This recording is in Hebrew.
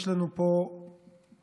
יש לנו פה גוף,